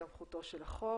סמכותו של החוק.